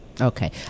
Okay